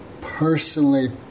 personally